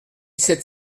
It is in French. sept